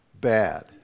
bad